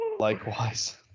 likewise